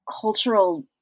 cultural